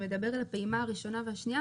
שמדבר על הפעימה הראשונה והשנייה,